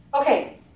Okay